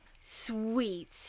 Sweet